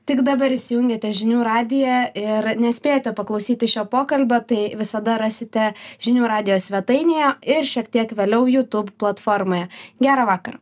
tik dabar įsijungėte žinių radiją ir nespėjote paklausyti šio pokalbio tai visada rasite žinių radijo svetainėje ir šiek tiek vėliau jutub platformoje gero vakaro